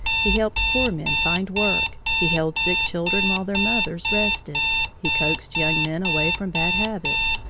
he helped poor men find work he held sick children while their mothers rested he coaxed young men away from bad habits,